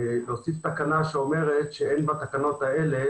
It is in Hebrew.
להוסיף תקנה שאומרת שאין בתקנות האלה